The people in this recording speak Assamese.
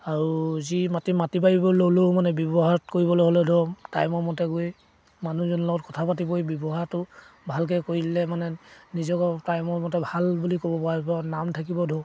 আৰু যি মাটি মাটি বাৰী ল'লেও মানে ব্যৱহাৰত কৰিবলৈ হ'লে ধৰক টাইমৰ মতে গৈ মানুহজনৰ লগত কথা পাতি কৰি ব্যৱহাৰটো ভালকৈ কৰিলে মানে নিজক টাইমৰ মতে ভাল বুলি ক'ব নাম থাকিব ধৰক